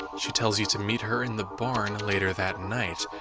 she tells you to meet her in the barn later that night.